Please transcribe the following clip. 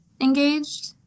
engaged